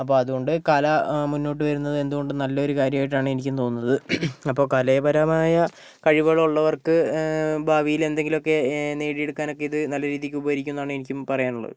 അപ്പോൾ അത് കൊണ്ട് കല മുന്നോട്ട് വരുന്നത് എന്ത് കൊണ്ടും നല്ലൊരു കാര്യമായിട്ടാണ് എനിക്കും തോന്നുന്നത് അപ്പോൾ കലാപരമായ കഴിവുകൾ ഉള്ളവർക്ക് ഭാവിയിൽ എന്തെങ്കിലും ഒക്കെ നേടിയെടുക്കാൻ ഇത് നല്ല രീതിക്ക് ഉപകരിക്കും എന്നാണ് എനിക്കും പറയാൻ ഉള്ളത്